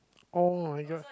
oh-my-god